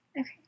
Okay